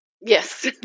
Yes